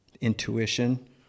intuition